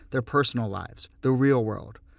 their personal lives, the real world,